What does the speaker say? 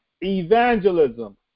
evangelism